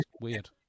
Weird